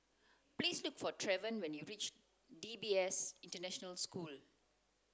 please look for Trevion when you reach D B S International School